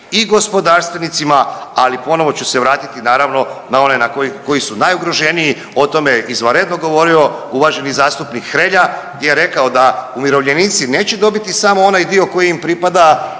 i gospodarstvenicima, ali ponovo ću se vratiti naravno na one koji su najugroženiji o tome je izvanredno govorio uvaženi zastupnik Hrelja je rekao da umirovljenici neće dobiti samo onaj dio koji im pripada